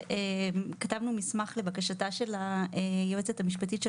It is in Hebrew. כתבנו מסמך לבקשתה של היועצת המשפטית של